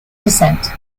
descent